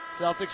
Celtics